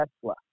Tesla